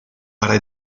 para